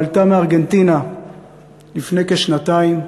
היא עלתה מארגנטינה לפני כשנתיים.